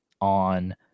on